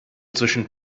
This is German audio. zwischen